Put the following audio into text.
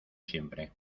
siempre